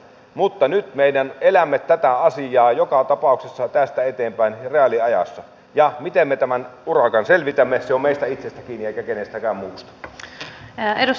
mutta nyt me elämme tätä asiaa joka tapauksessa tästä eteenpäin reaaliajassa ja miten me tämän urakan selvitämme se on meistä itsestämme kiinni eikä kenestäkään muusta